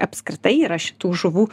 apskritai yra šitų žuvų